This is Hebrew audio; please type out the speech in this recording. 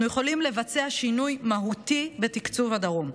אנחנו יכולים לבצע שינוי מהותי בתקצוב הדרום,